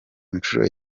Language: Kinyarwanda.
nshuro